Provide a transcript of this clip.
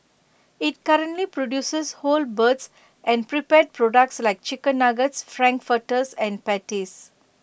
IT currently produces whole birds and prepared products like chicken Nuggets Frankfurters and patties